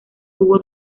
tuvo